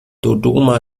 dodoma